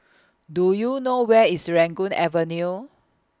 Do YOU know Where IS Avenue